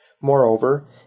Moreover